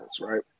right